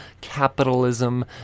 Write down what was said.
capitalism